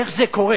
איך זה קורה?